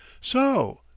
So